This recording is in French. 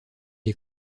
est